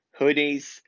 hoodies